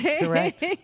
correct